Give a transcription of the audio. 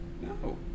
No